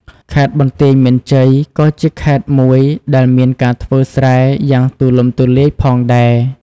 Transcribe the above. ខេត្តបន្ទាយមានជ័យ ក៏ជាខេត្តមួយដែលមានការធ្វើស្រែយ៉ាងទូលំទូលាយផងដែរ។